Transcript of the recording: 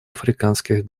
африканских